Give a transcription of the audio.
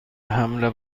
حمل